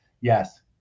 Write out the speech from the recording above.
yes